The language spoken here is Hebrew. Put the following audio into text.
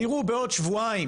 תראו בעוד שבועיים